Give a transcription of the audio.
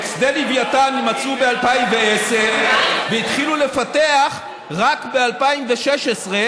את שדה לווייתן מצאו ב-2010 והתחילו לפתח רק ב-2016,